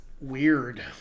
weird